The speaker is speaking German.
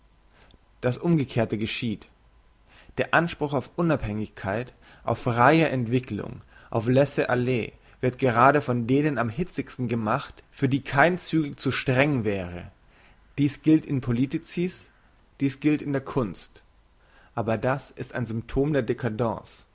das umgekehrte geschieht der anspruch auf unabhängigkeit auf freie entwicklung auf laisser aller wird gerade von denen am hitzigsten gemacht für die kein zügel zu streng wäre dies gilt in politicis dies gilt in der kunst aber das ist ein symptom der